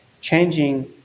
changing